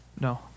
No